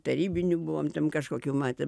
tarybinių buvom ten kažkokių matę